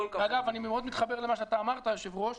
אגב, אני מאוד מתחבר למה שאתה אמרת היושב-ראש: